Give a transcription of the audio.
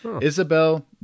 Isabel